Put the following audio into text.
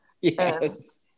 Yes